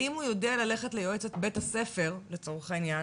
האם הוא יודע ללכת ליועצת בית הספר לצורך העניין,